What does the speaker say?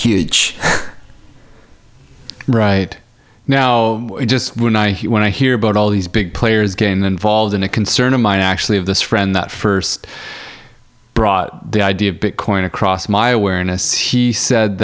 huge right now just when i when i hear about all these big players again involved in a concern of mine actually of this friend that first brought the idea of bitcoin across my awareness he said